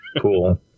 Cool